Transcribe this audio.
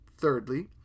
Thirdly